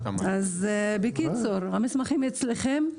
בקיצור, המסמכים אצלכם.